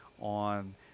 on